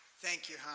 thank you, hannah.